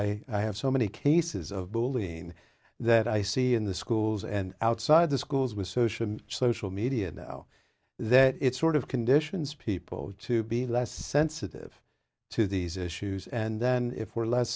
violent i have so many cases of bull being that i see in the schools and outside the schools with social and social media now that it's sort of conditions people to be less sensitive to these issues and then if we're less